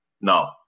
No